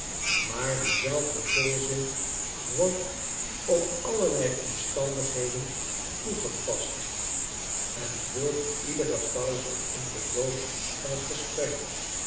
maar diezelfde volzin wordt op allerlei omstandigheden toegepast en vult iedere pauze in den loop van t gesprek